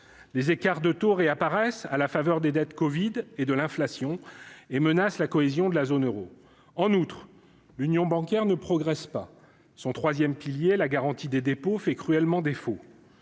les écarts de Tours et apparaissent, à la faveur des dettes Covid et de l'inflation et menace la cohésion de la zone Euro en outre l'union bancaire ne progresse pas son 3ème, pilier, la garantie des dépôts fait cruellement défaut,